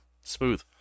Smooth